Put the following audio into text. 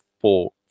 four